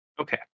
Okay